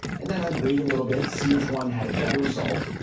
and then i'd wait a little bit see which one had a better result.